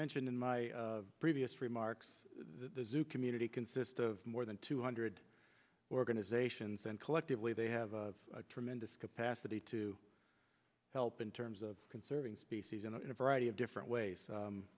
mentioned in my previous remarks the new community consist of more than two hundred organizations and collectively they have of tremendous capacity to help in terms of conserving species in a variety of different ways